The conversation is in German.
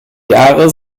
jahre